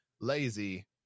lazy